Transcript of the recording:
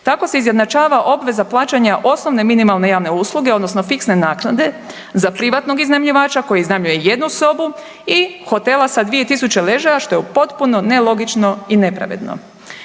Tako se izjednačava obveza plaćanja osnovne minimalne javne usluge odnosno fiksne naknade za privatnog iznajmljivača koji iznajmljuje jednu sobu i hotela sa 2000 ležaja, što je potpuno nelogično i nepravedno.